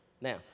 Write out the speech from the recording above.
Now